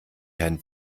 herrn